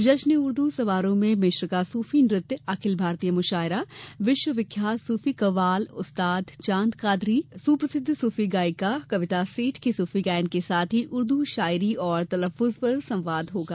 जश्न ए उर्द समारोह में मिस्र का सुफी नृत्य अखिल भारतीय मुशायरा विश्व विख्यात सुफी कव्वाल उस्ताद चाँद कादरी सुप्रसिद्ध सूफी गायिकी कविता सेठ के सूफी गायन के साथ ही उर्दू शायरी और तलफ्फुज पर संवाद होगा